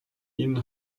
ihnen